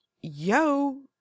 Yo